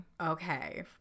okay